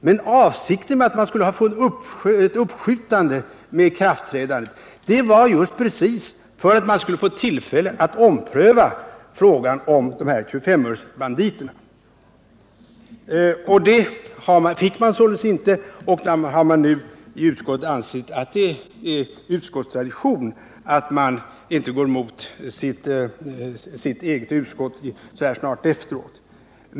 Men avsikten med att man skulle uppskjuta ikraftträdandet var just att man skulle få tillfälle att ompröva frågan beträffande 25-öresbanditerna. Det fick man således inte. Därför har vi i utskottet ansett att det är utskottstradition att inte gå emot sitt eget utskott så här kort tid efter ett tidigare beslut.